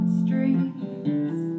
streets